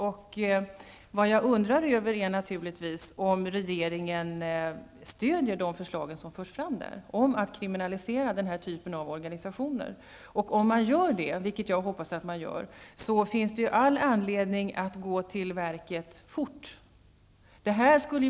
Och jag undrar naturligtvis om regeringen stöder de förslag som förs fram där om att kriminalisera denna typ av organisationer. Om regeringen gör det, vilket jag hoppas att den gör, finns det all anledning att gå till verket fort.